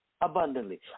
abundantly